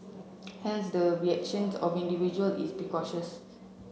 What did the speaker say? hence the reactions of individual is